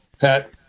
pat